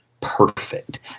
perfect